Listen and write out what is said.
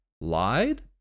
lied